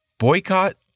Boycott